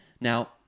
Now